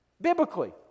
Biblically